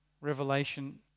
revelation